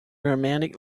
romantic